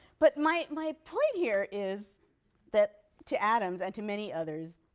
but my my point here is that, to adams and to many others,